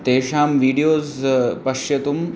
तेषां वीडियोज़् द्रष्टुम्